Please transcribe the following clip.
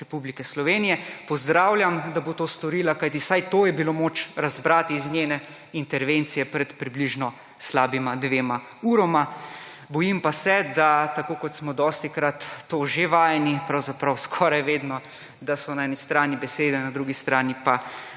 Republike Slovenije. Pozdravljam, da bo to storila. Kajti, vsaj to je bilo moč razbrati iz njene intervencije pred približno slabima dvema urama. Bojim pa sem, da tako kot smo dostikrat to že vajeni, pravzaprav skoraj vedno, da so na eni strani besede na drugi strani pa